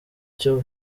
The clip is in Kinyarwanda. cyo